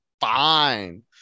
Fine